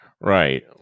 Right